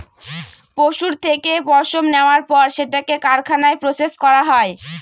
পশুর থেকে পশম নেওয়ার পর সেটাকে কারখানায় প্রসেস করা হয়